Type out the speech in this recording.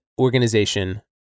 organization